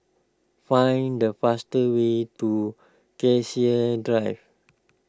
find the faster way to Cassia Drive